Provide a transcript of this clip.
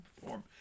perform